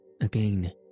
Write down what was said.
Again